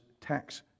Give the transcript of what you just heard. tax